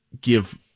give